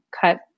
cut